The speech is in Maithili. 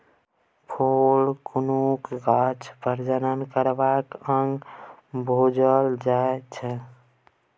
फुल कुनु गाछक प्रजनन करबाक अंग बुझल जाइ छै